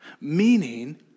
Meaning